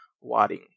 wadding